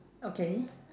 okay